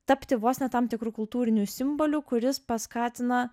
tapti vos ne tam tikru kultūriniu simboliu kuris paskatina